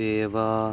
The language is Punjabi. ਸੇਵਾ